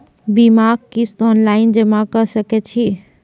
बीमाक किस्त ऑनलाइन जमा कॅ सकै छी?